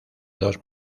dos